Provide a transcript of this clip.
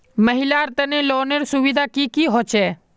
महिलार तने लोनेर सुविधा की की होचे?